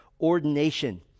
ordination